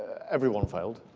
everyone failed.